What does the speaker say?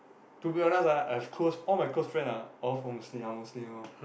to be honest ah I've close all my close friend ah all from Muslim are Muslim lor